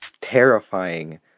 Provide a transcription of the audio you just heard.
terrifying